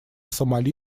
сомали